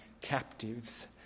captives